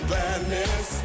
Gladness